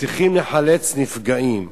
וצריכים לחלץ נפגעים,